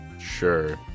sure